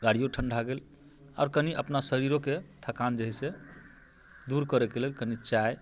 गाड़िओ ठण्ढा गेल आओर कनि अपना शरीरोके थकान जे हइ से दूर करैके लेल कनि चाइ